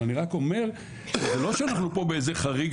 אבל אני רק אומר שזה לא שאנחנו פה באיזה חריג